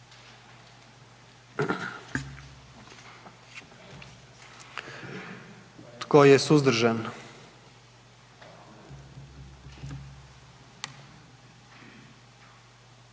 Tko je suzdržan?